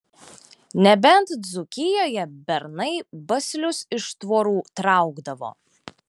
nebent dzūkijoje bernai baslius iš tvorų traukdavo